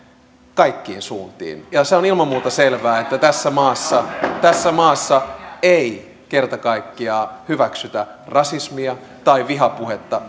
kaikkiin suuntiin ja se on ilman muuta selvää että tässä maassa tässä maassa ei kerta kaikkiaan hyväksytä rasismia tai vihapuhetta